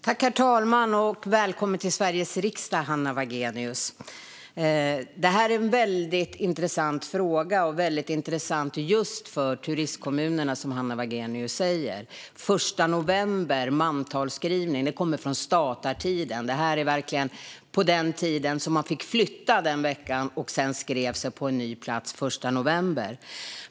Herr talman! Välkommen till Sveriges riksdag, Hanna Wagenius! Detta är en väldigt intressant fråga. Den är intressant just för turismkommunerna, som Hanna Wagenius säger. Mantalsskrivning den 1 november kommer från statartiden. Det var på den tiden när man fick flytta under den veckan och sedan skriva sig på en ny plats den 1 november.